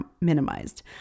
minimized